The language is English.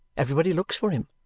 everybody looks for him.